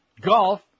Golf